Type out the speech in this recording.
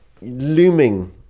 looming